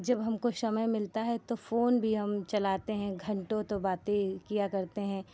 जब हमको समय मिलता है तो फ़ोन भी हम चलाते हैं घन्टों तो बातें किया करते हैं